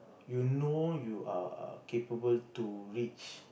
you know you are capable to reach